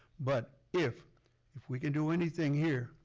but, if if we can do anything here,